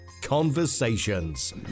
conversations